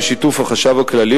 בשיתוף החשב הכללי,